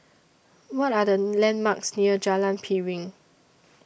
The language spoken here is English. What Are The landmarks near Jalan Piring